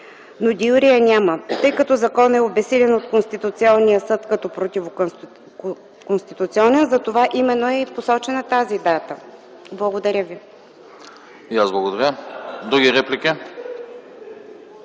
но де юре я няма. Тъй като законът е обезсилен от Конституционния съд като противоконституционен, затова именно е посочена тази дата. Благодаря ви.